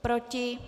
Proti?